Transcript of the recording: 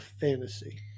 Fantasy